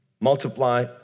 Multiply